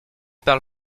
parle